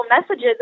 messages